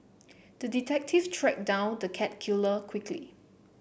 the detective tracked down the cat killer quickly